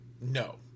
No